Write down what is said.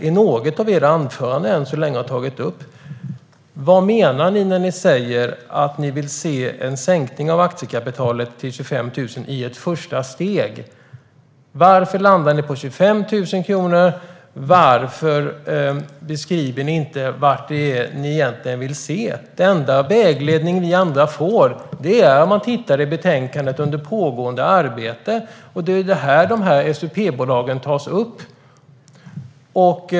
Ingen av er har än så länge tagit upp det i sitt anförande. Vad menar ni när ni säger att ni vill se en sänkning av aktiekapitalet till 25 000 kronor i ett första steg? Varför landar ni på 25 000 kronor? Varför beskriver ni inte vad ni egentligen vill se? Den enda vägledning som vi andra får hittar man i betänkandet under rubriken Pågående arbete där SUP-bolagen tas upp.